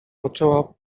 poczęła